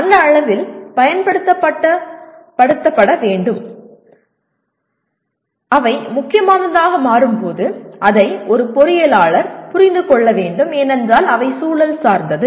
அந்த அளவில் பயன்படுத்த வேண்டும் அவை முக்கியமானதாக மாறும்போது அதை ஒரு பொறியியலாளர் புரிந்து கொள்ள வேண்டும் ஏனென்றால் அவை சூழல் சார்ந்தது